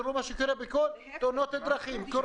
תראו מה קורה בתאונות הדרכים.